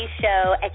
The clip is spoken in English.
show